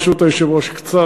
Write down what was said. ברשות היושב-ראש: